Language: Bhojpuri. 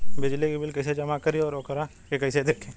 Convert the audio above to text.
बिजली के बिल कइसे जमा करी और वोकरा के कइसे देखी?